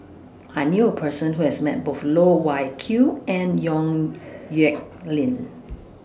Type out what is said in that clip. I knew A Person Who has Met Both Loh Wai Kiew and Yong Nyuk Lin